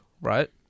right